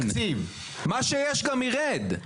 מה שיש גם יירד.